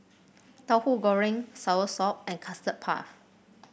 Tauhu Goreng soursop and Custard Puff